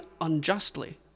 unjustly